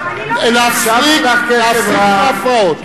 להפסיק את ההפרעות.